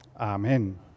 Amen